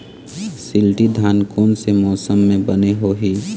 शिल्टी धान कोन से मौसम मे बने होही?